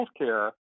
healthcare